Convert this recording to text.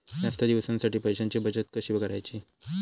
जास्त दिवसांसाठी पैशांची बचत कशी करायची?